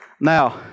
Now